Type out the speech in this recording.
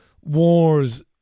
wars